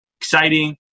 exciting